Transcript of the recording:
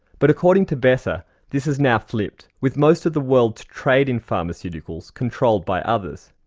but according to besser this has now flipped, with most of the world's trade in pharmaceuticals controlled by others.